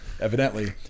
Evidently